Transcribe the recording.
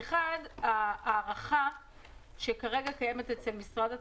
אחת, ההערכה שקיימת כרגע אצל משרד התחבורה,